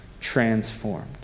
transformed